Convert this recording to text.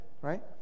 right